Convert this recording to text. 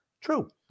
True